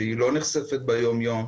שהיא לא נחשפת ביום-יום,